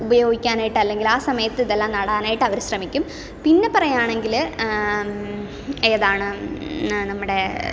ഉപയോഗിക്കാൻ ആയിട്ട് അല്ലെങ്കിൽ ആ സമയം ഇതെല്ലാം നടാൻ ആയിട്ട് അവർ ശ്രമിക്കും പിന്നെ പറയാണെങ്കിൽ ഏതാണ് നമ്മുടെ